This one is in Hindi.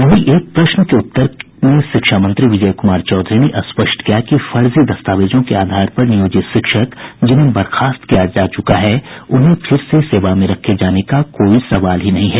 वहीं एक प्रश्न के उत्तर में शिक्षा मंत्री विजय कुमार चौधरी ने स्पष्ट किया कि फर्जी दस्तावेजों के आधार पर नियोजित शिक्षक जिन्हें बर्खास्त किया जा चुका है उन्हें फिर से सेवा में रखे जाने का कोई सवाल ही नहीं है